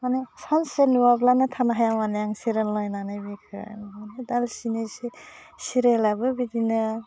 मानि सानसे नुवाब्लानो थानो हाया माने आं सिरियाल नायनानै बिखो दाल सिनिसे सिरियालाबो बिदिनो